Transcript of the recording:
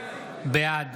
בעד